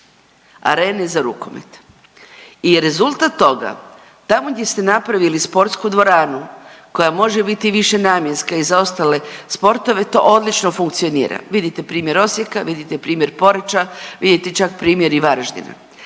Arene za rukomet. I rezultat toga tamo gdje ste napravili sportsku dvoranu koja može biti višenamjenska i za ostale sportove to odlično funkcionira. Vidite primjer Osijeka, vidite primjer Poreča, vidite čak primjer i Varaždina.